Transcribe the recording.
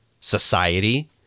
society